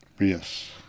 Yes